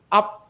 up